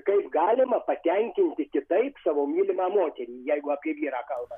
kaip galima patenkinti kitaip savo mylimą moterį jeigu apie vyrą kalbam